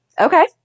Okay